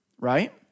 right